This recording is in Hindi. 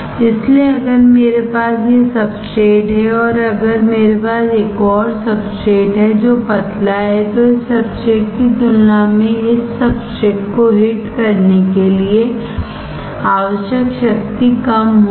इसलिए अगर मेरे पास यह सब्सट्रेट है और अगर मेरे पास एक और सब्सट्रेट है जो पतला है तो इस सब्सट्रेट की तुलना में इस सब्सट्रेट को हिट करने के लिए आवश्यक शक्ति कम होगी